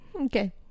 okay